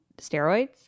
steroids